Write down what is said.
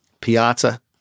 Piazza